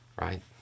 Right